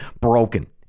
broken